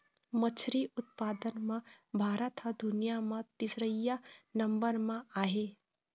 मछरी उत्पादन म भारत ह दुनिया म तीसरइया नंबर म आहे